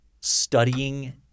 studying